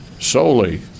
solely